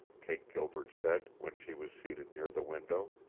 kate gilbert said, when she was seated near the window.